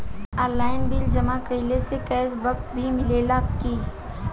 Online bill जमा कईला से कैश बक भी मिलेला की?